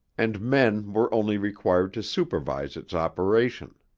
and men were only required to supervise its operation.